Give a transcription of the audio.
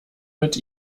mit